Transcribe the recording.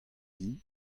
din